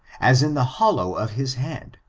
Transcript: as in the hollow of his hand,